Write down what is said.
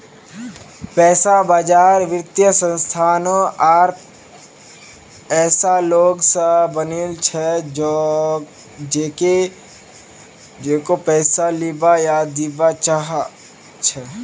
पैसा बाजार वित्तीय संस्थानों आर ऐसा लोग स बनिल छ जेको पैसा लीबा या दीबा चाह छ